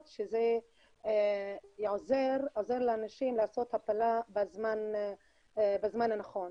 שזה עוזר לנשים לעשות הפלה בזמן הנכון.